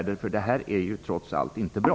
Det här är ju inte bra.